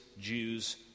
Jews